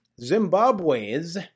zimbabwe's